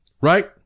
Right